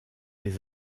les